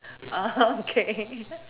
uh okay